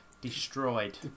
Destroyed